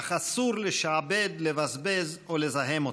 אך אסור לשעבד, לבזבז או לזהם אותם.